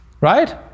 Right